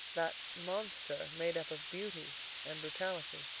that monster made up of beauty and brutality.